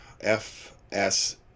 FS